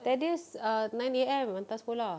darius uh nine A_M hantar sekolah